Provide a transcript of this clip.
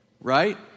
Right